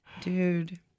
Dude